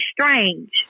strange